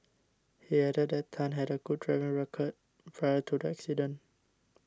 he added that Tan had a good driving record prior to the accident